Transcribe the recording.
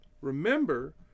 Remember